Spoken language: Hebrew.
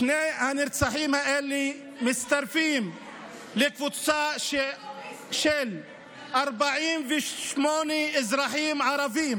שני הנרצחים האלה מצטרפים לקבוצה של 48 אזרחים ערבים